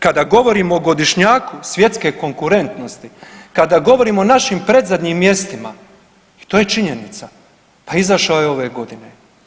Kada govorimo o godišnjaku svjetske konkurentnosti, kada govorimo o našim predzadnjim mjestima i to je činjenica, pa izašao je ove godine.